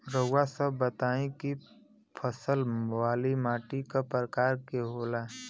रउआ सब बताई कि फसल वाली माटी क प्रकार के होला?